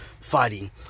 fighting